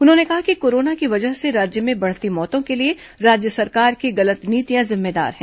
उन्होंने कहा कि कोरोना की वजह से राज्य में बढ़ती मौतों के लिए राज्य सरकार की गलत नीतियां जिम्मेदार हैं